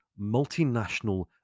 multinational